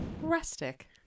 rustic